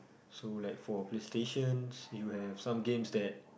so like for PlayStation you have some games that